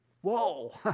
Whoa